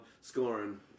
scoring